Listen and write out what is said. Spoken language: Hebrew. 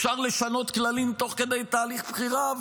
אפשר לשנות כללים תוך כדי תהליך הבחירה,